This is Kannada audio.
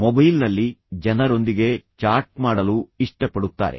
ಮೊಬೈಲ್ನಲ್ಲಿ ಜನರೊಂದಿಗೆ ಚಾಟ್ ಮಾಡಲು ಇಷ್ಟಪಡುತ್ತಾರೆ